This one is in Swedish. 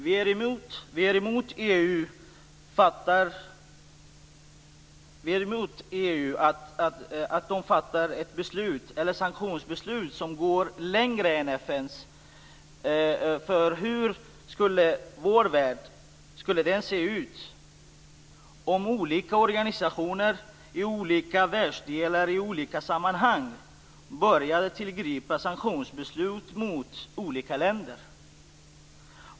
Vi är emot att EU fattar sanktionsbeslut som går längre än FN:s. Hur skulle vår värld se ut, om organisationer i olika världsdelar och i skilda sammanhang började rikta sanktionsbeslut mot olika länder?